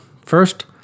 First